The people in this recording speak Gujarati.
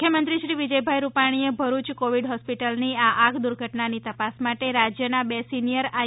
મુખ્યમંત્રીશ્રી વિજયભાઈ રૂપાણીએ ભરૂચ કોવિડ હોસ્પિટલની આ આગ દુર્ઘટનાની તપાસ માટે રાજ્યના બે સિનિયર આઇ